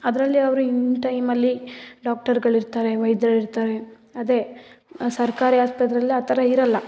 ಅದರಲ್ಲಿ ಅವರು ಇನ್ ಟೈಮಲ್ಲಿ ಡಾಕ್ಟರ್ಗಳು ಇರ್ತಾರೆ ವೈದ್ಯರು ಇರ್ತಾರೆ ಅದೇ ಸರ್ಕಾರಿ ಆಸ್ಪತ್ರೆಯಲ್ಲಿ ಆ ಥರ ಇರೋಲ್ಲ